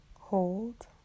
Hold